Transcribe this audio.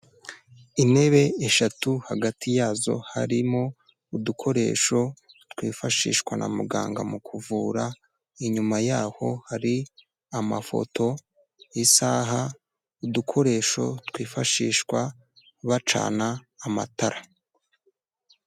Intebe eshatu, hagati yazo harimo udukoresho twifashishwa na muganga mu kuvura, inyuma yaho hari amafoto, isaha, udukoresho twifashishwa bacana amatara.